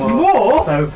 more